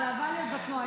התנועה האסלאמית זאת גאווה.